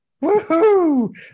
Woo-hoo